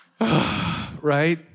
Right